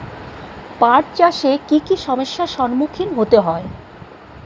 পাঠ চাষে কী কী সমস্যার সম্মুখীন হতে হয়?